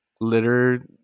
litter